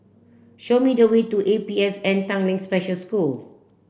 show me the way to A P S N Tanglin Special School